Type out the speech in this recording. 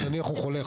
נניח הוא חולה,